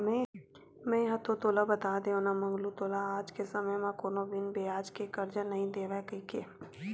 मेंहा तो तोला बता देव ना मंगलू तोला आज के समे म कोनो बिना बियाज के करजा नइ देवय कहिके